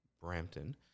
Brampton